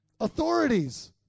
Authorities